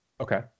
Okay